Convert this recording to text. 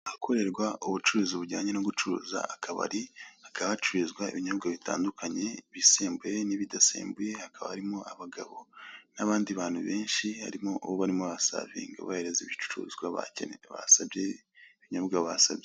Ahakorerwa ubucuruzi bujyanye no gucuruza akabari, hakaba hacururizwa ibinyobwa bitandukanye, ibisembuye n'ibidasembuye, hakaba harimo abagabo, n'abandi bantu benshi, harimo uwo barimo barasavinga, hahereza ibicuruzwa basabye, ibinyobwa basabye.